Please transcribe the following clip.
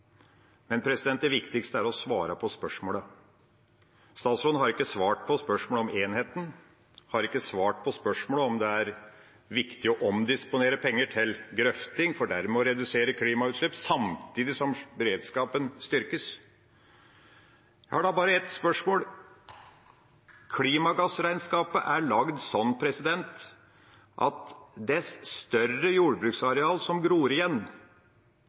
men det viktigste er å svare på spørsmålene. Statsråden har ikke svart på spørsmålet om enheten og ikke på spørsmålet om hvorvidt det er viktig å omdisponere penger til grøfting for dermed å redusere klimagassutslipp, samtidig som beredskapen styrkes. Jeg har da bare ett spørsmål: Klimagassregnskapet er lagd slik at dess større jordbruksareal som gror igjen,